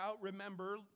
remember